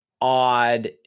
odd